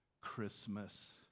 Christmas